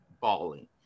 balling